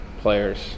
players